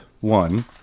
One